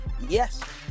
yes